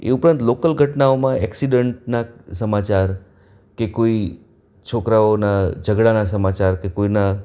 એ ઉપરાંત લોકલ ઘટનાઓમાં એક્સિડન્ટના સમાચાર કે કોઈ છોકરાઓના ઝઘડાના સમાચાર કે કોઈના